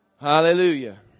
Hallelujah